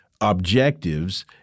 objectives